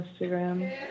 Instagram